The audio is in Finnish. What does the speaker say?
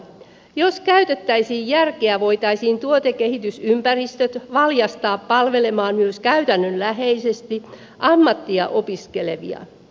jos käytettäisiin järkeä voitaisiin tuotekehitysympäristöt valjastaa palvelemaan myös käytännönläheisesti ammattia opiskelevia